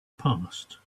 past